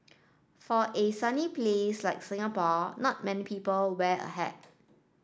for a sunny place like Singapore not many people wear a hat